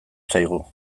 zaigu